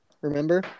remember